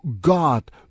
God